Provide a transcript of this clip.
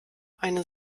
eine